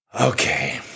Okay